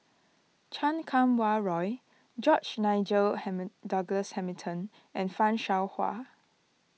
Chan Kum Wah Roy George Nigel ham Douglas Hamilton and Fan Shao Hua